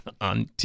on